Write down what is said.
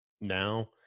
now